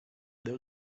there